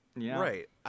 Right